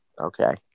Okay